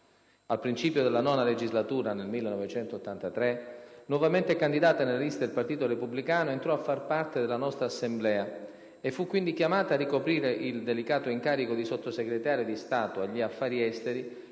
Al principio della IX legislatura, nel 1983, nuovamente candidata nelle liste del Partito Repubblicano, entrò a far parte della nostra Assemblea e fu quindi chiamata a ricoprire il delicato incarico di Sottosegretario di Stato per gli affari esteri,